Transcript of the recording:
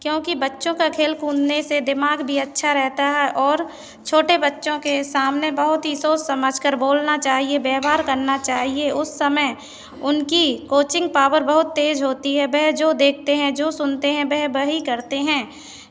क्योंकि बच्चों का खेल कूदने से दिमाग भी अच्छा रहता है और छोटे बच्चों के सामने बहुत ही सोच समझकर बोलना चाहिए व्यवहार करना चाहिए उस समय उनकी कोचिंग पावर बहुत तेज़ होती है वह जो देखते हैं जो सुनते हैं वह वही करते हैं